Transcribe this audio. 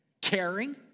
caring